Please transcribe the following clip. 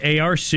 ARC